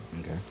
Okay